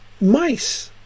mice